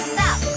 Stop